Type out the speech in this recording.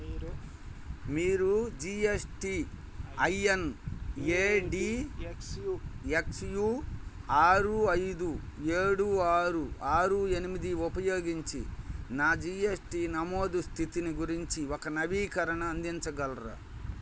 మీరు GSTIN A D X U ఆరు ఐదు ఏడు ఆరు ఆరు ఎనిమిది ఉపయోగించి నా జి ఎస్ టి నమోదు స్థితి గురించి ఒక నవీకరణ అందించగలరా